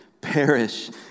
perish